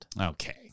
Okay